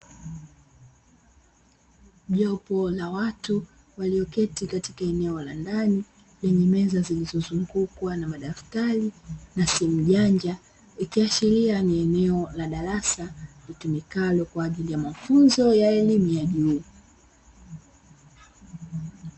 Jopo la watu walioketi katika eneo la ndani lenye meza zilizozungukwa na madaftari na simu janja, ikiashiria ni eneo la darasa litumikalo kwa ajili ya mafunzo ya elimu ya juu.